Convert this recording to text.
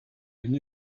and